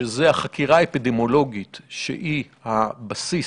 שזה החקירה האפידמיולוגית שהיא הבסיס,